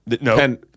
No